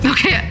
Okay